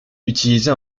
utilisé